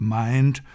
mind